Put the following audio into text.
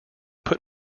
put